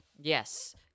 Yes